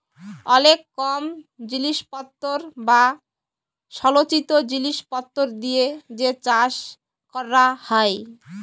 অলেক কম জিলিসপত্তর বা সলচিত জিলিসপত্তর দিয়ে যে চাষ ক্যরা হ্যয়